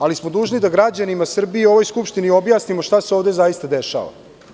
Ali smo dužni da građanima Srbije i ovoj Skupštini objasnimo šta se ovde zaista dešava.